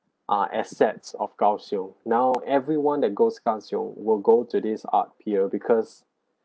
ah assets of kaohsiung now every one that goes kaohsiung will go to this art pier because